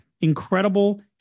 incredible